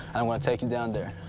and i'm going to take you down there.